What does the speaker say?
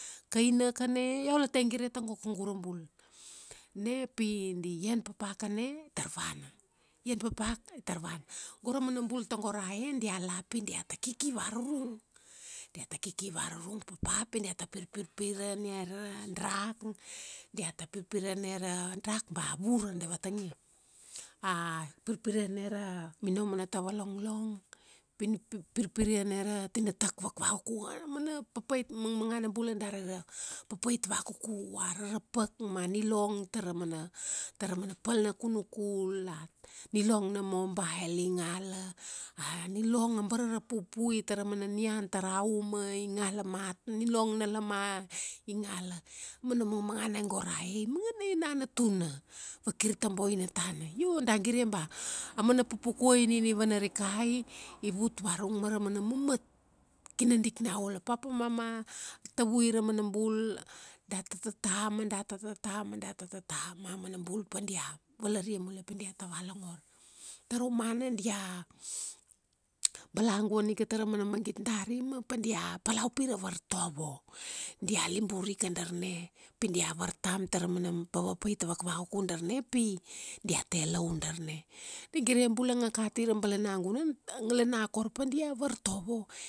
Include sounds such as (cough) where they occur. kainaka na, iau la tia gire tago kaugu ura bul. Na pi di ian papa kana, tar vana. Ian papa, itar vana. Go ra mana bul tago ra e, dia la pi diata kiki varurung. Diata kiki varurung papa pi diata pirpir ane ra drug, diata pirpir ane ra drug ba vura da vatangia. (hesitation) Pirpir ane ra minomo na tava longlong, pin, pirpir ane ra tinatak vakvakuku. A mana papait, mangmangana bula dari ra papait vakuku, a rarapak ma nilong tara mana, taraman pal na kunukul, a nilong na mobile i nagala. A nilong abara ra pupui tara mana nian tara uma i ngala mat. Nilong na lama, i ngala. Mana mangmangana ai go ra e i mangana enana tuna. Vakir ta boina tana. Io da gire ba, amana pupukai nina i vana rikai, i vut varururng mara mana mamat. Kinadik na ula. Papa mama, tavui ra mana bul data tata, ma data tata ma data tata ma manabul padia valaria mule pi diata valongor. Taraumana dia, balanguan ika tara umana magit dari ma padia, palau upi ra vartovo. Dia libur ika darna. Pi dia vartam tara mana papait vakvakuku darna pi, diate laun darna. Di gire bula a kati ra balanagunan a ngalana kor padia vartovo.